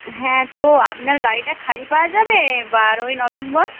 হ্যাঁ তো আপনার গাড়িটা খালি পাওয়া যাবে বারোই নভেম্বর